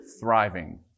thriving